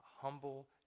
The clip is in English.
humble